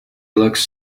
looks